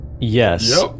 Yes